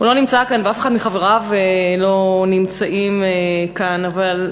הוא לא נמצא כאן ואף אחד מחבריו לא נמצא כאן, אבל,